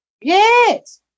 Yes